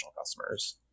customers